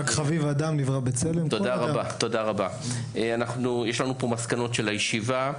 יש לנו פה מסקנות של הישיבה,